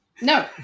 No